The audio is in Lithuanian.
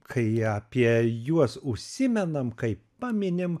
kai apie juos užsimenam kai paminim